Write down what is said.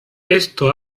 esto